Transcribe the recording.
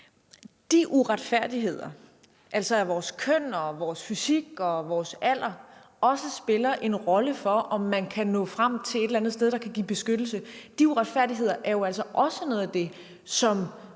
De uretfærdigheder, altså at vores køn og vores fysik og vores alder også spiller en rolle for, om man kan nå frem til et eller andet sted, der kan give beskyttelse, er jo altså også noget af det, som